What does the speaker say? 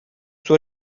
suo